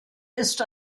ist